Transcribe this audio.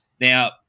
Now